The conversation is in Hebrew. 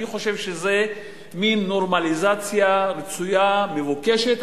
אני חושב שזו מין נורמליזציה רצויה ומבוקשת.